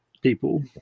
people